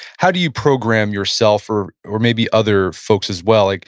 how do you program yourself or or maybe other folks as well? like